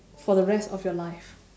for the rest for your life